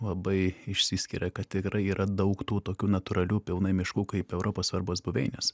labai išsiskiria kad tikrai yra daug tų tokių natūralių pilnai miškų kaip europos svarbos buveinės